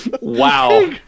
Wow